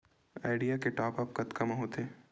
Idea के top आप कतका म होथे?